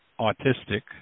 autistic